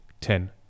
Ten